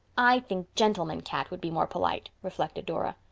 i think gentleman cat would be more polite, reflected dora.